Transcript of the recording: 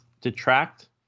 detract